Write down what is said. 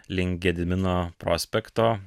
link gedimino prospekto